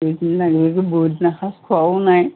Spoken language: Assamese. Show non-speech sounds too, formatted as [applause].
[unintelligible] খোৱাও নাই